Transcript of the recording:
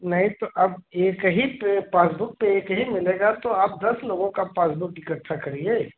नहीं तो अब एक ही पर पासबुक पर एक ही मिलेगा तो आप दस लोगों का पासबुक इकट्ठा करिए